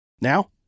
Now